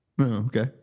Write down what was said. Okay